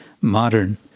modern